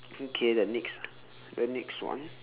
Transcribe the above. okay the next the next one